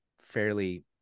fairly